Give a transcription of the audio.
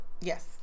Yes